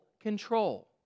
control